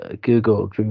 Google